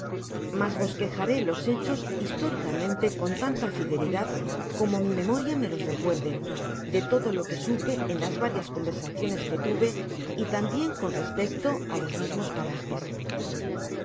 mas bosquejare los hechos históricamente con unta fidelidad como mi memoria me los recuerde de todo lo que supe en las varias conversaciones que ture y tambien con respecto á los mismos parajes